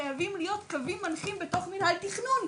חייבים להיות קווים מנחים בתוך מינהל התכנון,